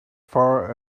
far